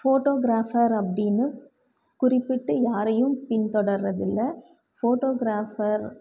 photographer அப்படின்னு குறிப்பிட்டு யாரையும் பின் தொடர்றதுல்ல ஃபோட்டோகிராஃபர்